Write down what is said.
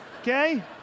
Okay